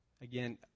Again